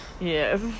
Yes